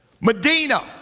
Medina